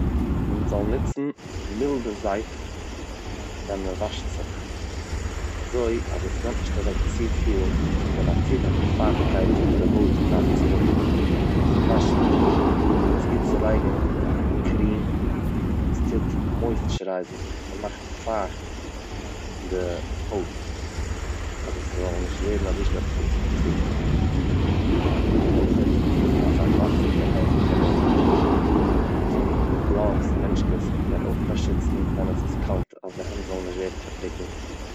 מען זאל נוצן מילדע זייף ווען מען וואשט זיך, אזוי אז דאס נעמט נישט אוועק צופיל פון די נאטורליכע פייכטקייט וואס די הויט דארף צו האבן, נאכן וואשן איז עס גוט צו לייגן א קרים וואס טוט מויסטשערייזן וואס מאכט פייכט די הויט אז עס זאל נישט ווערן אזוי שנעל אויסגעטרוקנט, און אויכעט טרונקען אסאך וואסער קען העלפן פאר דעם, אנטוהן גלאווס, הענטשקעס קען אויך באשיצן ווען עס איז קאלט אז די הענט זאל נישט ווערן פארטרוקנט.